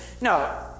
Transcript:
No